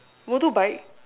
motorbike